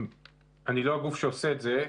אני לא הגוף שעושה את זה,